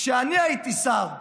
כשאני הייתי שר כלכלה,